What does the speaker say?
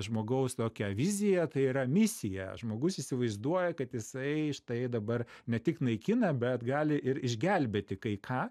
žmogaus tokią viziją tai yra misiją žmogus įsivaizduoja kad jisai štai dabar ne tik naikina bet gali ir išgelbėti kai ką